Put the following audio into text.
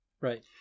Right